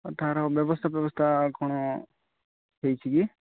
ଆଉ ତା'ର ବ୍ୟବସ୍ତା ଫେବସ୍ତା କ'ଣ ହେଇଛି କି